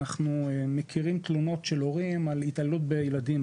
אנחנו מכירים תלונות של הורים על התעללות בילדים,